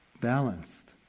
balanced